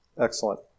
Excellent